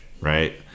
right